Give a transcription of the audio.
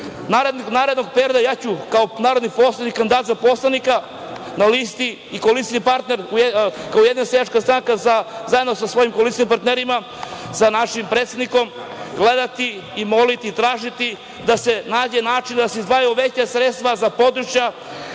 isto. Narednog perioda ja ću kao narodni poslanik, kandidat za poslanika na listi i koalicioni partner, kao Ujedinjena seljačka stranka, zajedno sa svojim koalicionim partnerima, sa našim predsednikom, gledati, moliti i tražiti da se nađe način da se izdvajaju veća sredstva za područja